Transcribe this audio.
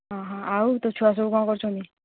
ଆଉ ତୋ ଛୁଆସବୁ କ'ଣ କରୁଛନ୍ତି